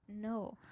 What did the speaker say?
No